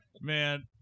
man